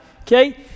Okay